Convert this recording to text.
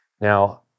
Now